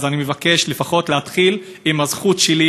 אז אני מבקש לפחות להתחיל עם הזכות שלי